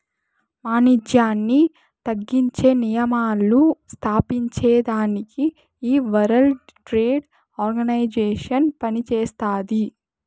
వానిజ్యాన్ని తగ్గించే నియమాలు స్తాపించేదానికి ఈ వరల్డ్ ట్రేడ్ ఆర్గనైజేషన్ పనిచేస్తాది